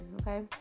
okay